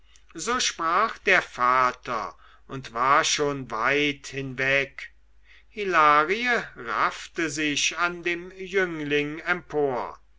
so sprach der vater und war schon weit hinweg hilarie raffte sich an dem jüngling empor